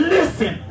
Listen